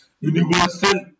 Universal